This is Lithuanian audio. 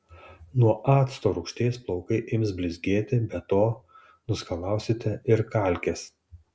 nuo acto rūgšties plaukai ims blizgėti be to nuskalausite ir kalkes